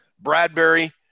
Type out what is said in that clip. Bradbury